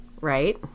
right